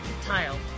tile